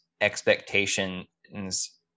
expectations